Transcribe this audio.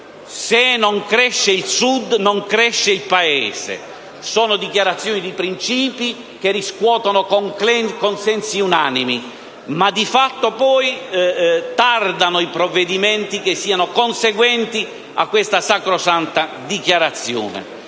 «Se non cresce il Sud, non cresce il Paese». Sono dichiarazioni di principio che riscuotono consensi unanimi, ma di fatto poi tardano provvedimenti che siano conseguenti a queste sacrosante dichiarazioni.